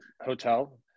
hotel